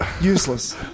useless